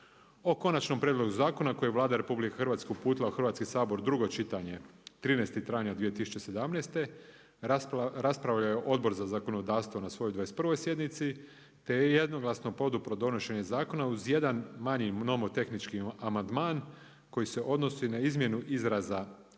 O konačnom prijedlogu zakona koji je Vlada RH, uputila u Hrvatski sabor, drugo čitanje, 13. travnja, 2017., raspravljaju Odbor za zakonodavstvu na svojoj 21 sjednici, te je jednoglasno podupirao donošenje zakona, uz jedan manji nomotehnički amandman, koji se odnosi na izmjenu izraza